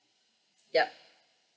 ya